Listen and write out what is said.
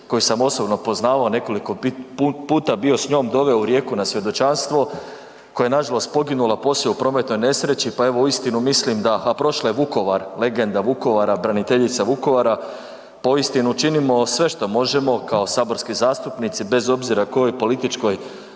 koju sam osobno poznavao, nekoliko puta bio s njom, doveo u Rijeku na svjedočanstvo, koje je nažalost poginula poslije u prometnoj nesreći, pa evo, uistinu mislim da, a prošla je Vukovar, legenda Vukovara, braniteljica Vukovara, pa uistinu činimo sve što možemo kao saborski zastupnici bez obzira kojoj političkoj